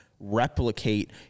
replicate